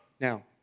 Now